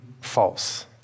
false